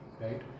right